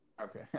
Okay